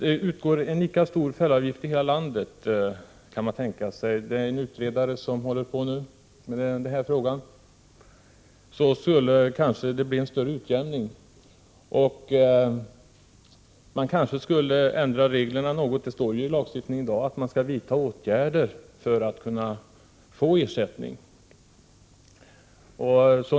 En utredare arbetar nu med frågan, och om han kom fram till att fällavgiften skulle vara lika stor i hela landet kunde utjämningen kanske bli större. Det står i lagstiftningen att åtgärder skall vidtas för att ersättning skall utgå.